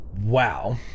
Wow